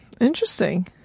interesting